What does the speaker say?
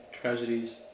tragedies